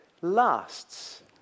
lasts